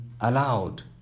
allowed